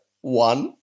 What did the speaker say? One